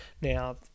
Now